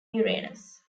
uranus